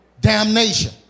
damnation